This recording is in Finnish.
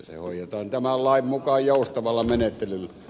se hoidetaan tämän lain mukaan joustavalla menettelyllä